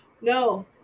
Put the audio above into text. No